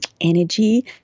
energy